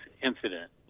incident